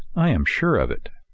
i am sure of it.